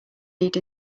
need